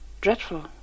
dreadful